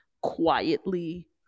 quietly